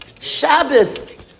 Shabbos